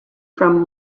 from